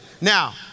Now